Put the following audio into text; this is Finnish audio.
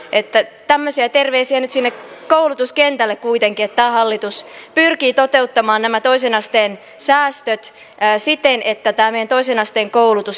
tämmöisiä terveisiä nyt sinne koulutuskentälle kuitenkin että tämä hallitus pyrkii toteuttamaan nämä toisen asteen säästöt siten että tämä meidän toisen asteen koulutus kehittyy